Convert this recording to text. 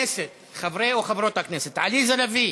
חברי או חברות הכנסת עליזה לביא,